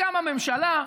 קמה ממשלה,